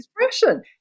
expression